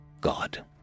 god